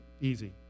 easy